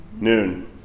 Noon